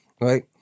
right